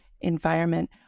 environment